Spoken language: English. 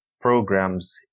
programs